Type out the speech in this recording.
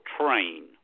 train